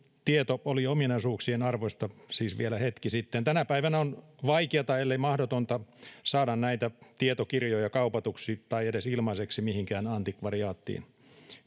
tieto oli omaisuuksien arvoista siis vielä hetki sitten tänä päivänä on vaikeata ellei mahdotonta saada näitä tietokirjoja kaupatuksi tai edes ilmaiseksi mihinkään antikvariaattiin